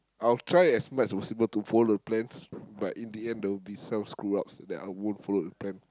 I'll try as much as possible to follow plans but in the end there will be some screw-ups then I won't follow the plan